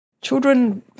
Children